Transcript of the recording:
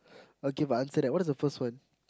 okay but answer that what is the first one